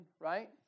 right